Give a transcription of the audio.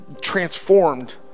transformed